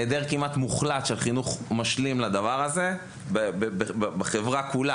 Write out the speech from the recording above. יש היעדר כמעט מוחלט של חינוך משלים בחברה כולה.